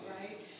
right